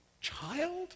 child